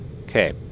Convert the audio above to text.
Okay